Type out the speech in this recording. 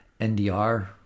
NDR